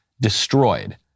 destroyed